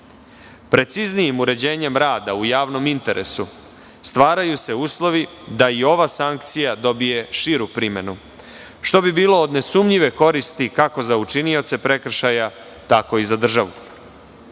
Preciznijim uređenjem rada u javnom interesu stvaraju se uslovi da i ova sankcija dobije širu primenu, što bi bilo od nesumnjive koristi, kako za učinioce prekršaja, tako i za državu. Obaveza